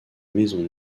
maison